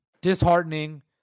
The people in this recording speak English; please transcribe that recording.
Disheartening